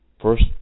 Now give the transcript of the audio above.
First